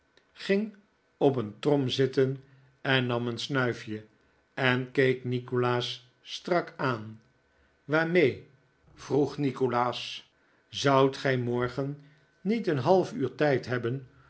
ging op een trom zitten nam een snuifje en keek nikolaas strak aan waarmee vroeg nikolaas zoudt gij morgen niet een half uur tijd hebben